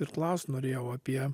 ir klaust norėjau apie